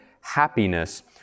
happiness